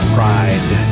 Pride